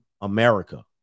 America